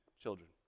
children